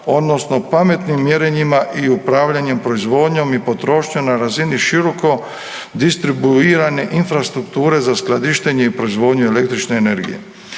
odnosno pametnim mjerenjima i upravljanjem proizvodnjom i potrošnjom na razini široko distribuirane infrastrukture za skladištenje i proizvodnju električne energije.